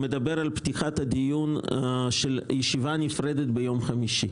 הוא מדבר על פתיחת הדיון של ישיבה נפרדת ביום חמישי.